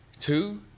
two